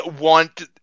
want